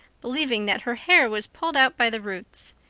believing that her hair was pulled out by the roots.